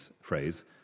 phrase